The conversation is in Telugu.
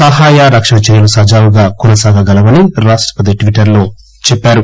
సహాయ రక్షణ చర్యలు సజావుగా కొనసాగగలవని రాష్టపతి ట్విట్టర్ లో తెలిపారు